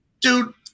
dude